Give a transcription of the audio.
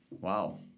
wow